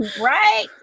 Right